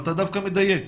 אתה דווקא מדייק.